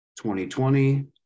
2020